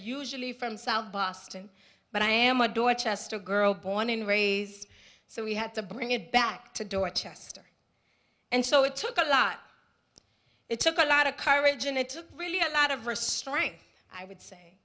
usually from south boston but i am a dorchester girl born and raised so we had to bring it back to dorchester and so it took a lot it took a lot of courage and it took really a lot of or strength i would say